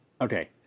Okay